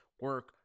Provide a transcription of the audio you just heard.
Work